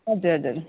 हजुर हजुर